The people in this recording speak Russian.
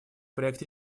проект